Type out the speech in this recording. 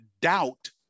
doubt